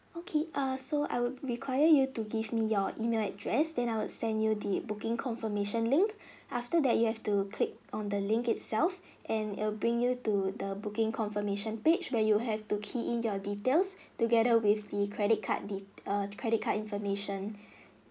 okay err so I would require you to give me your email address then I will send you the booking confirmation link after that you have to click on the link itself and it'll bring you to the booking confirmation page where you have to key in your details together with the credit card debit err credit card information